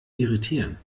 irritieren